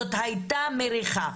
זאת היתה מריחה.